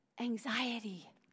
anxiety